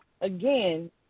again